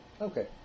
Okay